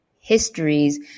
histories